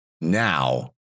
now